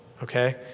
okay